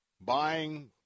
buying